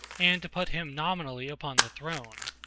and to put him nominally upon the throne.